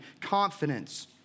confidence